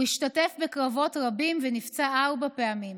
הוא השתתף בקרבות רבים ונפצע ארבע פעמים.